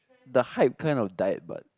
the hype kind of died but